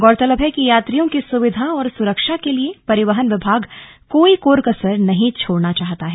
गौरतलब है कि यात्रियों की सुविधा और सुरक्षा के लिए परिवहन विभाग कोई कोर कसर नहीं छोड़ना चाहता है